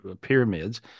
pyramids